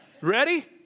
Ready